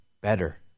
better